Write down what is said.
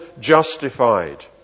justified